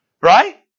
Right